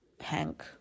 Hank